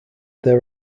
there